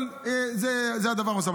אבל זה הדבר הנוסף.